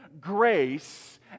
grace